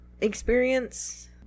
experience